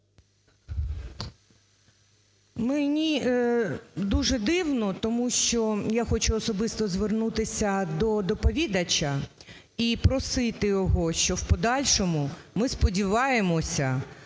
Мені дуже дивно, тому що, я хочу особисто звернутися до доповідача і просити його, що в подальшому, ми сподіваємося,